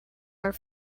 are